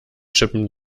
chippen